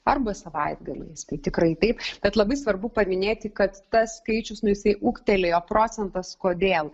arba savaitgaliais tai tikrai taip bet labai svarbu paminėti kad tas skaičius nu jisai ūgtelėjo procentas kodėl